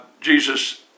Jesus